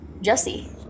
Jesse